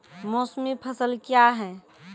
मौसमी फसल क्या हैं?